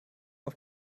auf